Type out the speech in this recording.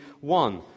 one